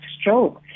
stroke